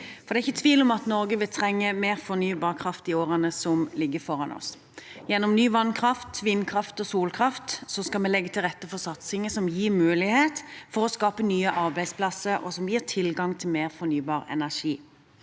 Det er ikke tvil om at Norge vil trenge mer fornybar kraft i årene som ligger foran oss. Gjennom ny vannkraft, vindkraft og solkraft skal vi legge til rette for satsinger som gir mulighet for å skape nye arbeidsplasser, og som gir tilgang til mer fornybar energi.